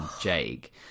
jake